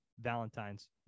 valentine's